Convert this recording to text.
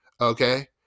okay